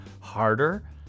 harder